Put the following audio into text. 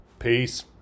Peace